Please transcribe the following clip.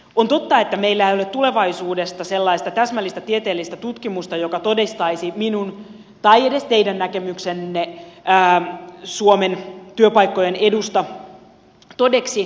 on totta että meillä ei ole tulevaisuudesta sellaista täsmällistä tieteellistä tutkimusta joka todistaisi minun tai edes teidän näkemyksenne suomen työpaikkojen edusta todeksi